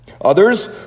Others